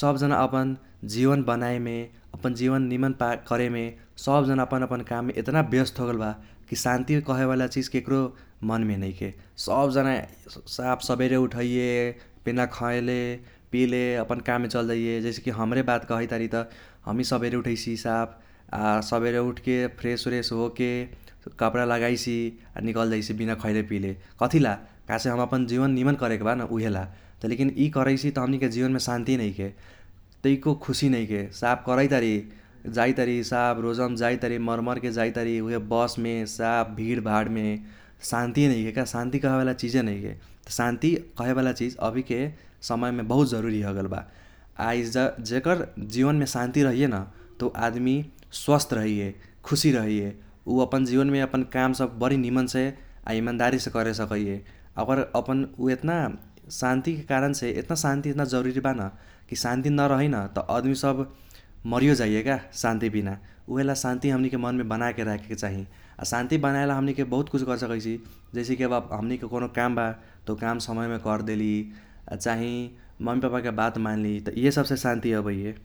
सब जना अपन जीवन बनाईमे ,अपन जीवन निमन करेमे, सब जना अपन अपन काममे एतना ब्यस्त होगेल बा की शांति कहे वाला चीज केक्रो मनमे नैखे । सब जना साफ सबेरे उठैये, बिना खैले, पीले अपन काममे चलजाइये। जैसेकी हमरे बात कहैतारी त, हमीही सबेरे उठैसीई साफ अ सबेरे उठके फ्रेश श्रेष होके कपडा लगाईसीई आ निकल जाईसी बिना खैले पीले कथिला काहेसे हमे अपन जीवन निमन करेके बा न उहेल। त लेकिन ई करैसी त हमनिके जीवनमे शांति नैखे ,तैको खुसी नैखे, साफ करैतारी, जाइतारी साफ, रोजम जाइतारी, मर मरके जाइतारी उहे बसमे साफ भीड़ भाडमे, शांति नैखे का, शांति कहेवाला चीजे नैखे । शांति कहेवाला चीज अभिके समयमे बहुत जरुरी होगेल बा| आ जेकर जीवनमे शांति रहैये न त ऊ आदमी स्वस्थ रहैये, खुशी रहैये ,ऊ अपन जीवनमे अपन काम सब बरी निमनसे आ ईमानदारीसे करे सकैये । आ ओकर अपन ऊ एतना शांतिके कारणसे एतना शांति एतना जरुरी बा न कि शांति नरहि न त आदमी सब मरिओ जाइये का, शांति बिना। उहेला शांति हमनिके मनमे बनाके राखेके चाही। आ शांति बनाएला हमनिके बहुत कुछ कर सकैसी जैसिकी आब हमनिके कौनो काम बा त ऊ काम समयमे करदेलि ,चाही मम्मी पापाके बात मानलि त इहे सबसे शांति होइये ।